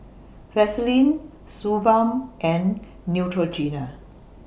Vaselin Suu Balm and Neutrogena